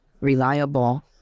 reliable